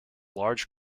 large